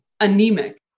anemic